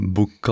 Book